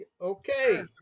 Okay